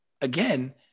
again